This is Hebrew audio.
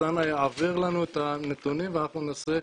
אז אנא יעביר לנו את הנתונים ואנחנו ננסה